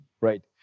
Right